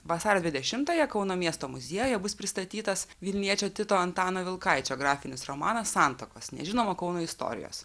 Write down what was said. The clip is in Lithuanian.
vasario dvidešimtąją kauno miesto muziejuje bus pristatytas vilniečio tito antano vilkaičio grafinis romanas santakos nežinomo kauno istorijos